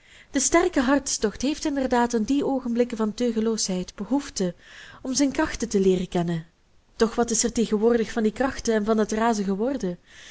de sterke hartstocht heeft inderdaad aan die oogenblikken van teugelloosheid behoefte om zijn krachten te leeren kennen doch wat is er tegenwoordig van die krachten en van dat razen geworden